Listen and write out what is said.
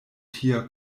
tia